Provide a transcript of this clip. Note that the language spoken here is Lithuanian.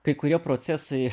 kai kurie procesai